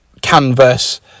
canvas